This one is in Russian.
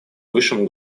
высшем